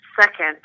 second